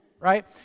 right